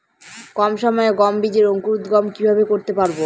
কম সময়ে গম বীজের অঙ্কুরোদগম কিভাবে করতে পারব?